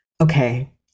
okay